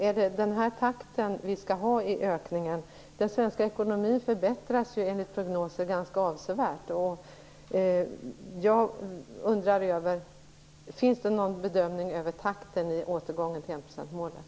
Är det den här takten vi skall ha i ökningen? Den svenska ekonomin förbättras ju enligt prognosen ganska avsevärt. Jag undrar över om det finns någon bedömning av takten i återgången till enprocentsmålet.